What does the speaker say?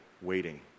waiting